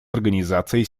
организацией